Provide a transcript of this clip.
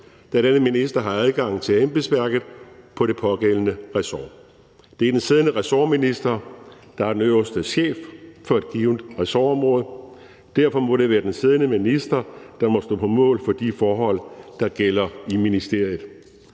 da denne minister har adgang til embedsværket på det pågældende ressort. Det er den siddende ressortminister, der er den øverste chef for et givent ressortområde, og derfor må det være den siddende minister, der må stå på mål for de forhold, der gælder i ministeriet.